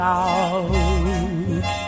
out